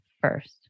First